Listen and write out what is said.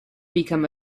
become